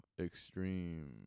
extreme